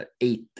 eight